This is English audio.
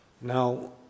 Now